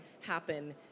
happen